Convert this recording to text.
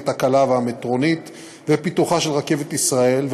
הקלה והמטרונית ופיתוחה של רכבת ישראל,